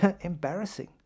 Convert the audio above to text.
embarrassing